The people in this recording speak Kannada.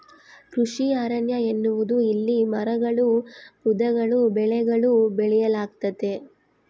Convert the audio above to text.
ಕೃಷಿ ಅರಣ್ಯ ಎನ್ನುವುದು ಇಲ್ಲಿ ಮರಗಳೂ ಪೊದೆಗಳೂ ಬೆಳೆಗಳೂ ಬೆಳೆಯಲಾಗ್ತತೆ